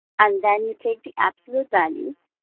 and then you take the absolute values,